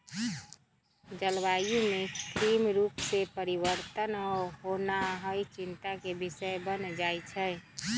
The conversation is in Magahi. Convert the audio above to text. जलवायु में कृत्रिम रूप से परिवर्तन होनाइ चिंता के विषय बन जाइ छइ